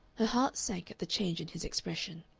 her heart sank at the change in his expression.